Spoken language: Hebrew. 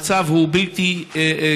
לכן, המצב הוא בלתי נסבל.